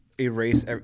erase